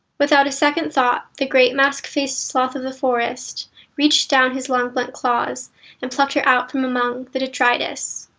without a second thought, the great mask faced sloth of the forest reached down his long blunt claws and plucked her out from among the detritus.